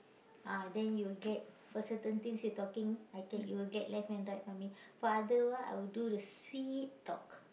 ah then you get for certain things you talking I get you'll get left and right from me for other one I would do the sweet talk